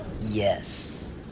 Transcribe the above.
Yes